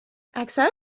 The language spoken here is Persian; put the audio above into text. اکثر